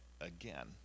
again